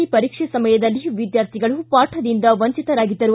C ಪರೀಕ್ಷೆ ಸಮಯದಲ್ಲಿ ವಿದ್ವಾರ್ಥಿಗಳು ಪಾಠದಿಂದ ವಂಚಿತರಾಗಿದ್ದರು